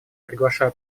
приглашаю